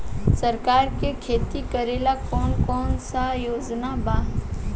सरकार के खेती करेला कौन कौनसा योजना बा?